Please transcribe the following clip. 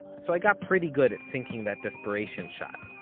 so i got pretty good at sinking that desperation shot.